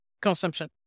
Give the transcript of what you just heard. consumption